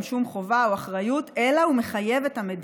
הוא לא מטיל עליהם שום חובה או אחריות אלא הוא מחייב את המדינה,